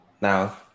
now